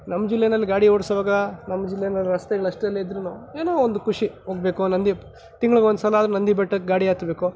ನಮ್ಮ ಜಿಲ್ಲೆನಲ್ಲಿ ಗಾಡಿ ಓಡ್ಸೋವಾಗ ನಮ್ಮ ಜಿಲ್ಲೆನಲ್ಲಿ ರಸ್ತೆಗಳು ಅಷ್ಟೆಲ್ಲ ಇದ್ರು ಏನೋ ಒಂದು ಖುಷಿ ಹೋಗಬೇಕು ನಂದಿ ತಿಂಗಳಿಗೆ ಒಂದು ಸಲ ಆದರೂ ನಂದಿ ಬೆಟ್ಟಕ್ಕೆ ಗಾಡಿ ಹತ್ತಬೇಕು